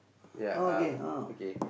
ya uh okay